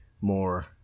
more